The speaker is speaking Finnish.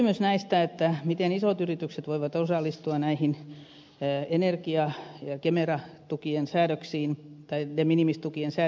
sitten se kysymys miten isot yritykset voivat osallistua energia ja kemera tukien säädöksiin de minimis tukien säädöksiin